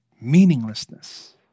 meaninglessness